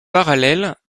parallèles